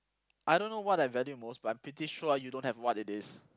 I don't know what I valued most but I'm pretty sure you don't have what it is